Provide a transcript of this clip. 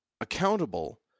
accountable